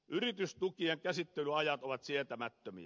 yritystukien käsittelyajat ovat sietämättömiä